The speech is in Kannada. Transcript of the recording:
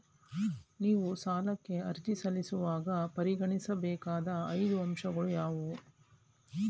ನೀವು ಸಾಲಕ್ಕೆ ಅರ್ಜಿ ಸಲ್ಲಿಸುವಾಗ ಪರಿಗಣಿಸಬೇಕಾದ ಐದು ಅಂಶಗಳು ಯಾವುವು?